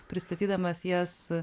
pristatydamas jas